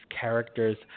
characters